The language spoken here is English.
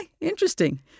interesting